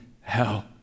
hell